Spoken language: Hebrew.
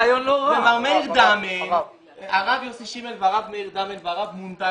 לרב יוסי שימל ,לרב מאיר דמן ולרב מונטג,